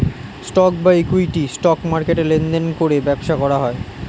stock বা equity, stock মার্কেটে লেনদেন করে ব্যবসা করা হয়